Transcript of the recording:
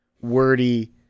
wordy